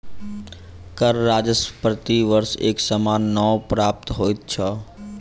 कर राजस्व प्रति वर्ष एक समान नै प्राप्त होइत छै